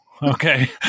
Okay